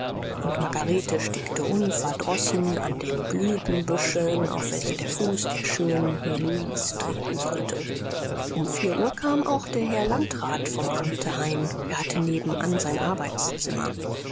und margarete stickte unverdrossen an den blütenbüscheln auf welche der fuß der schönen heloise treten sollte um vier uhr kam auch der herr landrat vom amte heim er hatte nebenan sein arbeitszimmer